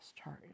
Start